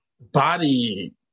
body